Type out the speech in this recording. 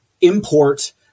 import